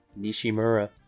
Nishimura